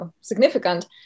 significant